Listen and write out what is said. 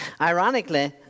Ironically